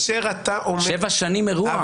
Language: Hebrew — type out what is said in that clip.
שבע שנים אירוע.